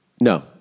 No